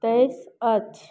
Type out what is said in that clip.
तेइस अछि